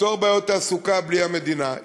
לפתור בעיות תעסוקה בלי המדינה.